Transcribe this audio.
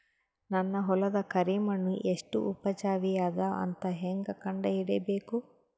ನನ್ನ ಹೊಲದ ಕರಿ ಮಣ್ಣು ಎಷ್ಟು ಉಪಜಾವಿ ಅದ ಅಂತ ಹೇಂಗ ಕಂಡ ಹಿಡಿಬೇಕು?